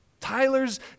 Tyler's